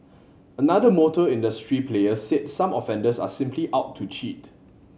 another motor industry player said some offenders are simply out to cheat